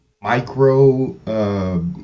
micro